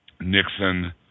Nixon